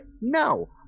No